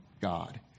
God